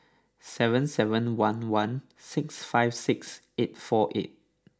seven seven one one six five six eight four eight